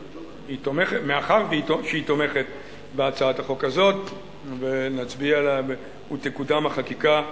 מאחר שהיא תומכת בהצעת החוק הזאת ותקודם החקיקה,